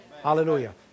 Hallelujah